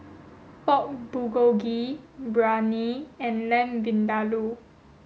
Pork Bulgogi Biryani and Lamb Vindaloo